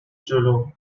جلو